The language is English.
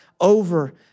over